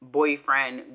boyfriend